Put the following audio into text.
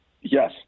Yes